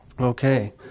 Okay